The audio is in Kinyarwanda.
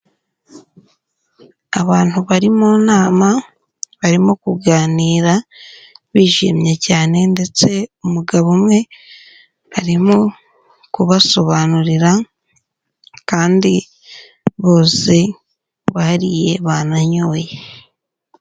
Abantu bari mu nama, barimo kuganira bishimye cyane ndetse umugabo umwe arimo kubasobanurira kandi bose bariye, bananyoye.